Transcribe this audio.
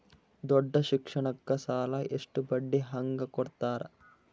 ದೊಡ್ಡ ಶಿಕ್ಷಣಕ್ಕ ಸಾಲ ಎಷ್ಟ ಬಡ್ಡಿ ಹಂಗ ಕೊಡ್ತಾರ?